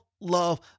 love